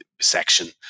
section